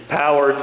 power